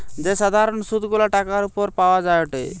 যে সাধারণ সুধ গুলা টাকার উপর পাওয়া যায়টে